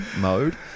mode